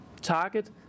target